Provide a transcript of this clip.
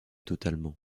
totalement